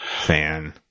fan